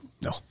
No